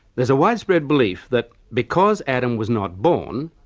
there is a widespread belief that because adam was not born,